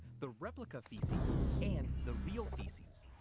the replica feces and the real feces.